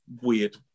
weird